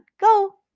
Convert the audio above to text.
go